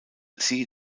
siehe